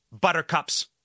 buttercup's